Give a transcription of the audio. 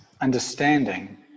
understanding